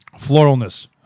Floralness